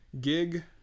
gig